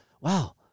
wow